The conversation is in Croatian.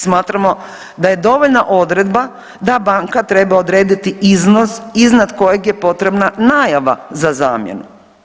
Smatramo da je dovoljna odredba da banka treba odrediti iznos iznad kojeg je potrebna najava za zamjenu.